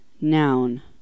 noun